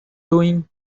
doing